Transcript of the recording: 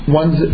ones